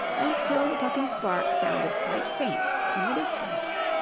and till the puppy's bark sounded quite faint in the distance.